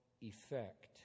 effect